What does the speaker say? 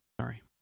Sorry